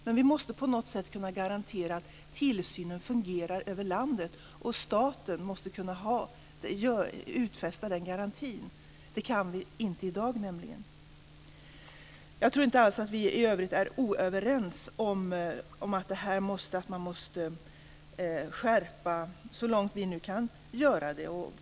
Men vi måste på något sätt kunna garantera att tillsynen fungerar över landet, och staten måste kunna utfästa den garantin. Det kan vi nämligen inte i dag. Jag tror inte alls att vi i övrigt är oense om att vi måste skärpa det här så långt vi kan.